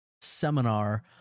seminar